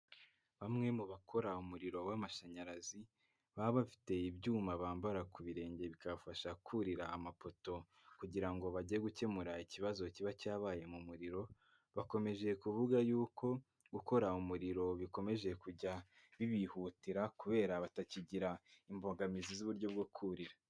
Bamwe mu bakora umuriro w'amashanyarazi, baba bafite ibyuma bambara ku birenge bikabafasha kurira amapoto kugira ngo bajye gukemura ikibazo kiba cyabaye mu muriro, bakomeje kuvuga yuko gukora umuriro bikomeje kujya bibihutira kubera batakigira imbogamizi z'uburyo bwo kurira.